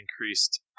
Increased